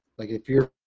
like if you're,